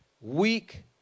weak